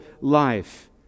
life